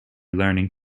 learning